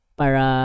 para